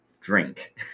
drink